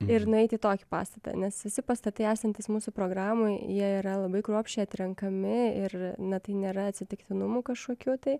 ir nueiti į tokį pastatą nes visi pastatai esantys mūsų programoj jie yra labai kruopščiai atrenkami ir na tai nėra atsitiktinumų kažkokių tai